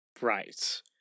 Right